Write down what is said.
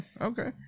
okay